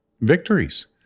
victories